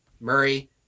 Murray